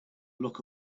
look